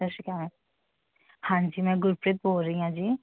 ਸਤਿ ਸ਼੍ਰੀ ਅਕਾਲ ਹਾਂਜੀ ਮੈਂ ਗੁਰਪ੍ਰੀਤ ਬੋਲ ਰਹੀ ਹਾਂ ਜੀ